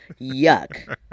Yuck